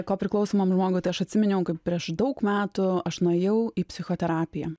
kopriklausomam žmogui tai aš atsiminiau kai prieš daug metų aš nuėjau į psichoterapiją